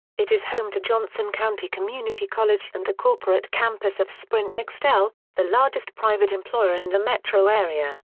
it is home to johnson county community college and the corporate campus of sprint nextel, the largest private employer in the metro area.